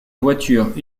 voitures